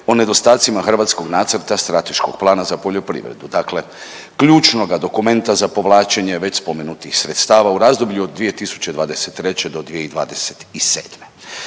o nedostacima hrvatskog nacrta strateškog plana za poljoprivredu, dakle ključnoga dokumenta za povlačenje već spomenutih sredstava u razdoblju od 2023. do 2027..